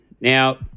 Now